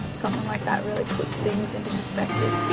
something like that really puts things into perspective